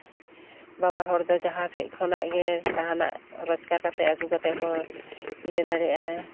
ᱵᱟᱵᱟ ᱦᱚᱲ ᱫᱚ ᱡᱟᱦᱟᱸᱥᱮᱫ ᱠᱷᱚᱱᱟᱜ ᱜᱮ ᱡᱟᱦᱟᱱᱟᱜ ᱨᱳᱡᱽᱜᱟᱨ ᱠᱟᱛᱮ ᱟᱹᱜᱩ ᱠᱟᱛᱮ ᱦᱚᱸ ᱤᱭᱟᱹ ᱫᱟᱲᱮᱜ ᱟᱭ